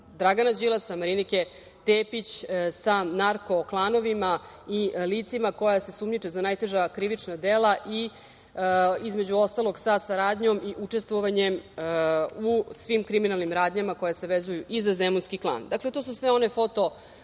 Dragana Đilasa, Marinike Tepić sa narko klanovima i licima koja se sumnjiče za najteža krivična dela i između ostalog sa saradnjom i učestvovanjem u svim kriminalnim radnjama koje se vezuju i za zemunski klan. Dakle, to su sve one